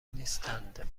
نیستند